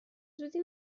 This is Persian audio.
زودی